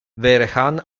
vehrehan